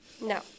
No